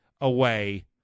away